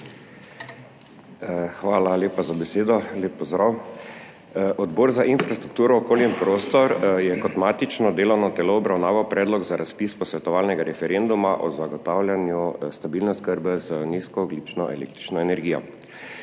Hvala lepa za besedo. Lep pozdrav! Odbor za infrastrukturo, okolje in prostor je kot matično delovno telo obravnaval Predlog za razpis posvetovalnega referenduma o zagotavljanju stabilne oskrbe z nizkoogljično električno energijo.